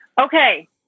Okay